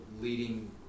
leading